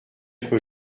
être